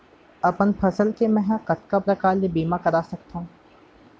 अपन फसल के मै ह कतका प्रकार ले बीमा करा सकथो?